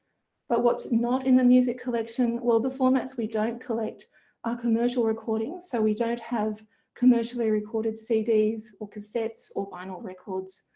but what's not in the music collection? well the formats we don't collect are commercial recordings, so we don't have commercially recorded cds or cassettes or vinyl records.